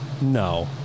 No